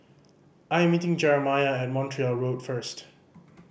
I'm meeting Jeremiah at Montreal Road first